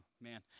man